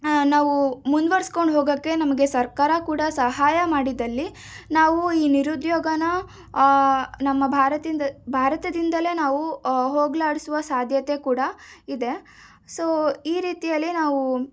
ನಾವು ಮುಂದುವರಿಸಿಕೊಂಡು ಹೋಗೋಕ್ಕೆ ನಮಗೆ ಸರ್ಕಾರ ಕೂಡ ಸಹಾಯ ಮಾಡಿದ್ದಲ್ಲಿ ನಾವು ಈ ನಿರುದ್ಯೋಗನ ನಮ್ಮ ಭಾರತಿಂ ಭಾರತದಿಂದಲೇ ನಾವು ಹೋಗಲಾಡಿಸುವ ಸಾಧ್ಯತೆ ಕೂಡ ಇದೆ ಸೊ ಈ ರೀತಿಯಲ್ಲಿ ನಾವು